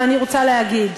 ואני רוצה להגיד: